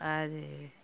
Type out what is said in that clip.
आरो